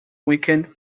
weekend